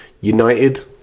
United